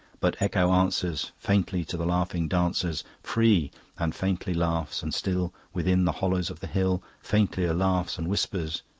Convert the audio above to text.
but echo answers faintly to the laughing dancers, free' and faintly laughs, and still, within the hollows of the hill, faintlier laughs and whispers,